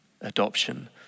adoption